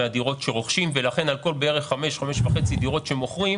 מהדירות שרוכשים ולכן על כל 5-5.5 דירות שמוכרים,